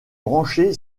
branché